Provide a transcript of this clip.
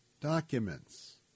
documents